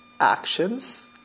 actions